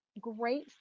great